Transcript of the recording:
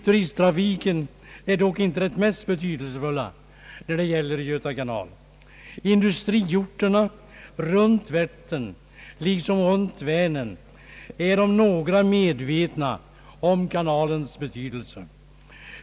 Turisttrafiken är dock inte det mest betydelsefulla när det gäller Göta kanal. Industriorterna runt Vättern, liksom runt Vänern, är om några medvetna om kanalens betydelse.